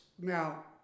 Now